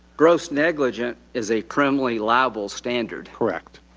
gross negligent is a criminally liable standard. correct.